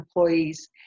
employees